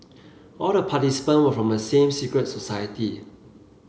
all the participant were from the same secret society